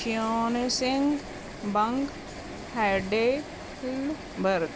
ਕਿਓਨਸਿੰਗ ਬੰਕ ਹੈਡੇਫਿਲਬਰਗ